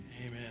Amen